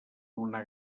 una